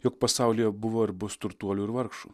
jog pasaulyje buvo ir bus turtuolių ir vargšų